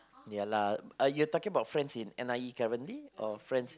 ya lah uh you talking about friends in N_I_E currently or friends